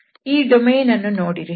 ಈ ಡೊಮೇನ್ ಅನ್ನು ನೋಡಿರಿ